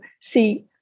see